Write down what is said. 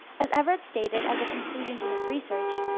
as everett stated as a conclusion to his research,